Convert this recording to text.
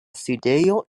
sidejo